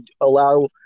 allow